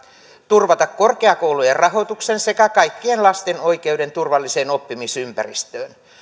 turvata korkeakoulujen rahoituksen sekä kaikkien lasten oikeuden turvalliseen oppimisympäristöön